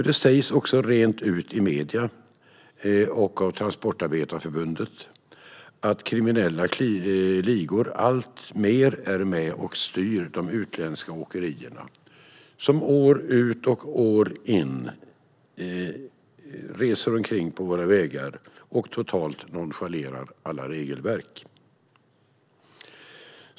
Det sägs också rent ut i medierna och av Transportarbetareförbundet att kriminella ligor alltmer är med och styr de utländska åkerierna, som år ut och år in reser omkring på våra vägar och totalt nonchalerar alla regelverk.